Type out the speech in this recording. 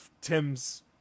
tim's